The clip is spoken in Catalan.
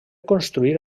construir